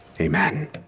amen